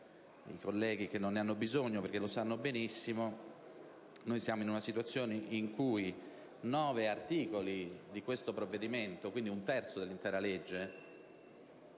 i colleghi (che non ne hanno bisogno, perché lo sanno benissimo), ricordo che siamo in una situazione in cui nove articoli di questo provvedimento, quindi circa un quinto dell'intera legge,